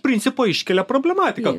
principo iškelia problematiką